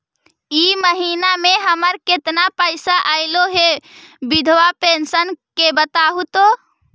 इ महिना मे हमर केतना पैसा ऐले हे बिधबा पेंसन के बताहु तो?